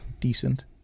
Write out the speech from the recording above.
Decent